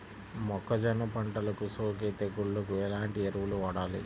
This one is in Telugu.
మొక్కజొన్న పంటలకు సోకే తెగుళ్లకు ఎలాంటి ఎరువులు వాడాలి?